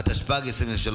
התשפ"ג 2023,